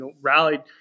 rallied